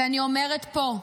ואני אומרת פה: